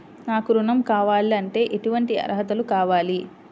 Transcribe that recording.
నాకు ఋణం కావాలంటే ఏటువంటి అర్హతలు కావాలి?